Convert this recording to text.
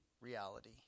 reality